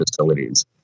facilities